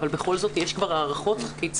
אבל בכל זאת יש כבר הערכות כיצד